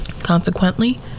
Consequently